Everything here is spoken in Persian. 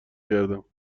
کردم